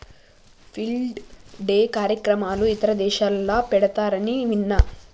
field day కార్యక్రమాలు ఇతర దేశాలల్ల పెడతారని విన్న